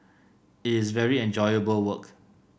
it is very enjoyable work